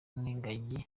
n’ingagi